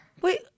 Wait